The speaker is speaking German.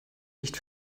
nicht